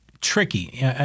tricky